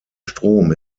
strom